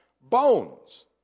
bones